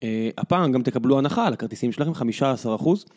הפעם גם תקבלו הנחה על הכרטיסים שלכם, 15%